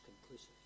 conclusive